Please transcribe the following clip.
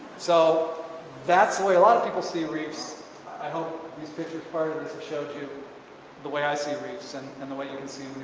so that's the way a lot of people see reefs i hope these pictures part of this have showed you the way i see reefs and and the way you can see